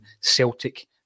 Celtic